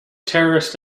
terrorist